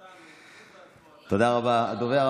מתן, תודה רבה.